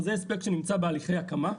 כלומר, זה הספק שנמצא בהליכי הקמה,